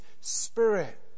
Spirit